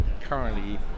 currently